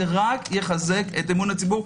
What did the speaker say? זה רק יחזק את אמון הציבור.